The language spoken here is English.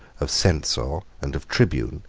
of censor, and of tribune,